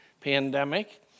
pandemic